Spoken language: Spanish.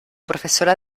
profesora